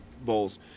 bowls